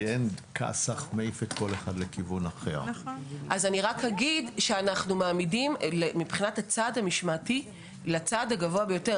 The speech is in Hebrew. מבחינת הצעד המשמעתי אנחנו מעמידים לצעד הגבוה ביותר.